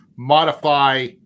Modify